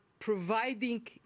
providing